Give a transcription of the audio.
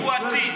הוא עציץ.